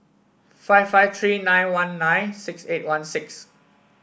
five five three nine one nine six eight one six